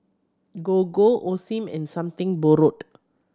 Gogo Osim and Something Borrowed